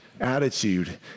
attitude